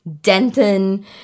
Denton